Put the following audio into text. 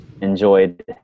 enjoyed